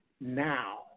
now